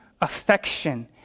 affection